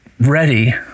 ready